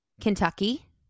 Kentucky